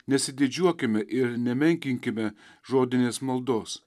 nesididžiuokime ir nemenkinkime žodinės maldos